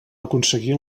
aconseguir